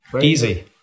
Easy